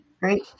right